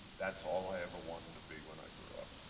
that's all i ever wanted to be when i grew up.